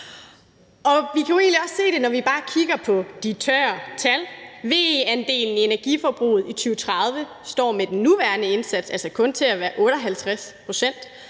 også se det, når vi bare kigger på de tørre tal: VE-andelen i energiforbruget i 2030 står med den nuværende indsats altså kun til at være 58 pct.,